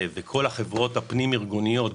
חברות פנים-ארגוניות,